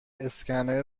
اسکنر